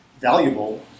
valuable